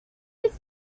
with